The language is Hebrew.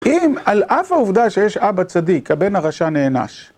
אם על אף עובדה שיש אבא צדיק, הבן הרשע נענש.